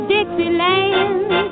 Dixieland